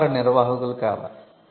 వ్యాపార నిర్వాహకులు కావాలి